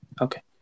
Okay